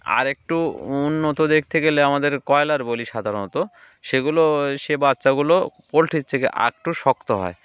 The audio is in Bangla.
আর একটু উন্নত দেখতে গেলে আমাদের ব্রয়লার বলি সাধারণত সেগুলো সে বাচ্চাগুলো পোলট্রির থেকে একটু শক্ত হয়